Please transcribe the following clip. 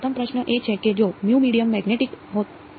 પ્રથમ પ્રશ્ન એ છે કે જો મીડિયમ મેગ્નેટિક હોત તો